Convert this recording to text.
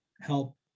help